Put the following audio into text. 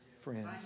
friends